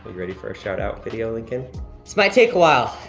ready for a shout-out video, lincoln? this might take a while,